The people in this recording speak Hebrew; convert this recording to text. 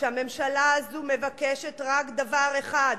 שהממשלה הזאת מבקשת רק דבר אחד,